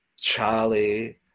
Charlie